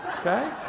okay